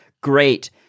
great